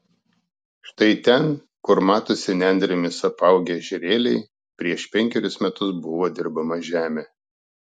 štai ten kur matosi nendrėmis apaugę ežerėliai prieš penkerius metus buvo dirbama žemė